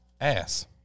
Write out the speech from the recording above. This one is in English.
ass